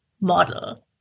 model